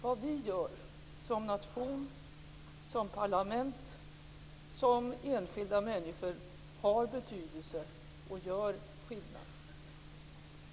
Vad vi gör som nation, som parlament, som enskilda människor, har betydelse, gör skillnad.